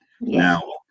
Now